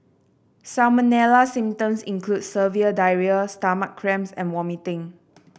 salmonella symptoms include severe diarrhoea stomach cramps and vomiting